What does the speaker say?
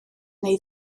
neu